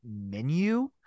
menu